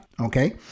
Okay